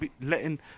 letting